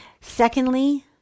secondly